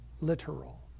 literal